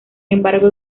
embargo